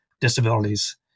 disabilities